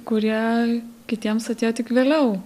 kurie kitiems atėjo tik vėliau